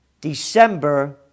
December